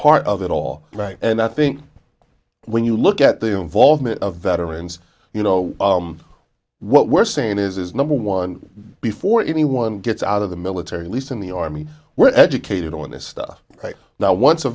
part of it all right and i think when you look at the involvement of veterans you know what we're saying is number one before anyone gets out of the military at least in the army were educated on this stuff right now once a